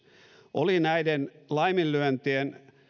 oli näiden laiminlyöntien